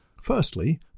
Firstly